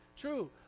true